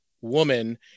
woman